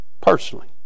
personally